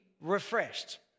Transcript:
refreshed